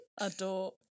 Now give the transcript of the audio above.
Adore